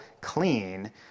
clean